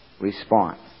response